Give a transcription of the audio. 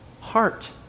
heart